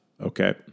okay